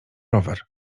rower